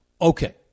Okay